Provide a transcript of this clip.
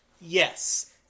Yes